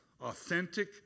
authentic